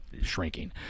shrinking